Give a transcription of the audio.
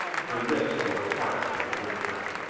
her lips were apart for the quick breath.